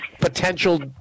Potential